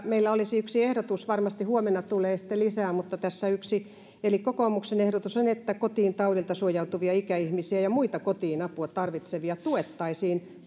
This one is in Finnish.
meillä olisi vielä yksi ehdotus varmasti huomenna tulee sitten lisää mutta tässä yksi kokoomuksen ehdotus on että kotiin taudilta suojautuvia ikäihmisiä ja ja muita kotiin apua tarvitsevia tuettaisiin